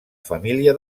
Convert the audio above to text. família